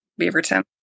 Beaverton